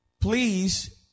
please